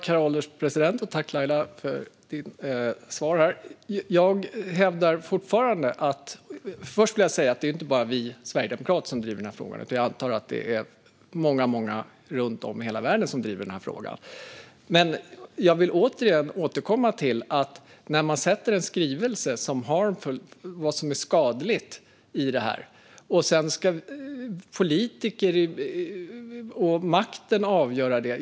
Herr ålderspresident! Tack, Laila, för ditt svar! Först vill jag säga att det inte bara är vi sverigedemokrater som driver den här frågan. Jag antar att det är många runt om i hela världen som driver frågan. Men jag vill återigen återkomma till detta med att man talar om vad som är skadligt och att det är politiker och makten som ska avgöra det.